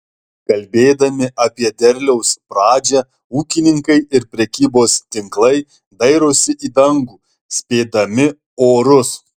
kalbėdami apie derliaus pradžią ūkininkai ir prekybos tinklai dairosi į dangų spėdami orus